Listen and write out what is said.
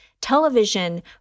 television